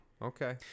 Okay